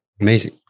Amazing